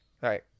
Right